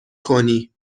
کنی